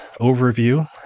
overview